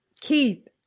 Keith